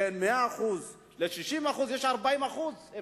בין 100% ל-60% יש 40% אז